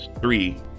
Three